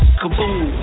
kaboom